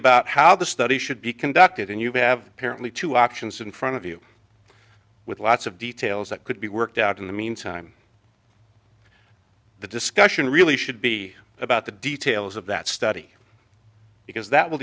about how the study should be conducted and you have apparently two options in front of you with lots of details that could be worked out in the meantime the discussion really should be about the details of that study because that will